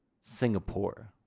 Singapore